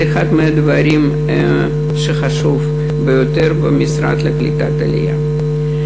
זה אחד מהדברים החשובים ביותר במשרד לקליטת העלייה.